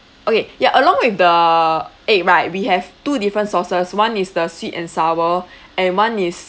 okay ya along with the egg right we have two different sauces one is the sweet and sour and one is